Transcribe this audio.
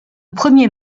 premier